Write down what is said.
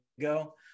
go